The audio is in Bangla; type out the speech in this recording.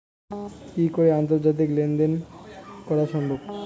কি করে আন্তর্জাতিক লেনদেন করা সম্ভব?